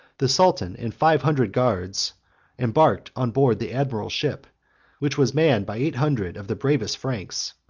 the sultan and five hundred guards embarked on board the admiral's ship which was manned by eight hundred of the bravest franks.